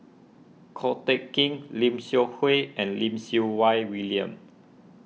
Ko Teck Kin Lim Seok Hui and Lim Siew Wai William